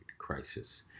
crisis